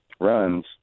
runs